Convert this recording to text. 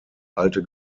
alte